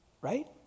Right